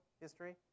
history